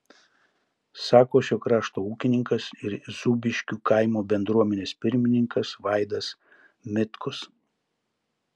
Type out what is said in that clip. sako šio krašto ūkininkas ir zūbiškių kaimo bendruomenės pirmininkas vaidas mitkus